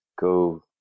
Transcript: go